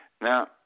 Now